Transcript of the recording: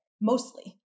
mostly